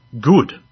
good